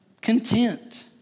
content